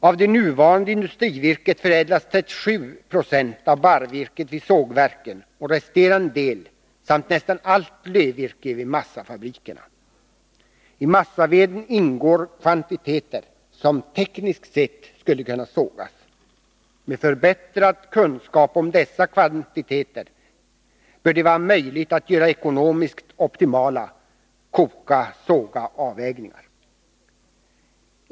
Av det nuvarande industrivirket förädlas 37 90 av barrvirket vid sågverken och resterande del samt nästan allt lövvirke vid massaindustrin. I massaveden ingår kvantiteter som tekniskt sett skulle kunna sågas. Med förbättrad kunskap om dessa kvantiteter bör det vara möjligt att göra ekonomiskt optimala ”koka-” ”såga” avvägningar.